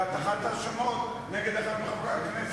ובהאשמות נגד אחד מחברי הכנסת.